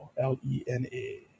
l-e-n-a